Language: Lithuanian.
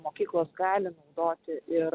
mokyklos gali naudoti ir